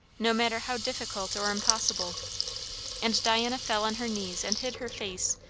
no matter how difficult or impossible and diana fell on her knees and hid her face,